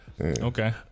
Okay